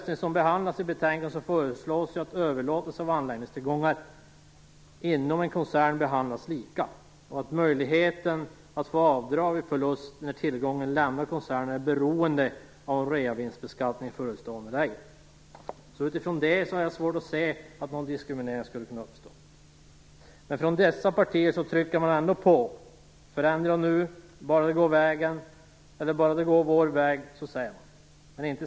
I betänkandet föreslås att överlåtelser av anläggningstillgångar inom en koncern skall behandlas lika och att möjligheten till avdrag vid förlust när tillgången har lämnat koncernen är beroende av om reavinstbeskattning är förestående eller ej. Utifrån detta har jag svårt att se att någon diskriminering skulle kunna uppstå. Men från dessa partiers sida gör man påtryckningar: Förändra nu, bara det går vår väg! Men man vill inte invänta Företagsskatteutredningen.